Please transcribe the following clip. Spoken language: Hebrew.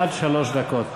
עד שלוש דקות.